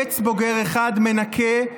עץ בוגר אחד מנקה,